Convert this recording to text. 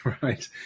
right